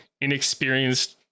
inexperienced